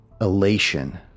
elation